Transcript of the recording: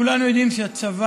כולנו יודעים שהצבא,